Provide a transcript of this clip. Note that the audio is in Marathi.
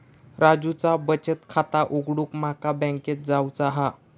राजूचा बचत खाता उघडूक माका बँकेत जावचा हा